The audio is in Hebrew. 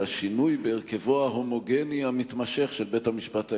מהשינוי בהרכבו ההומוגני המתמשך של בית-המשפט העליון.